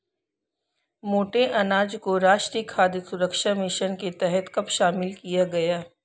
मोटे अनाज को राष्ट्रीय खाद्य सुरक्षा मिशन के तहत कब शामिल किया गया?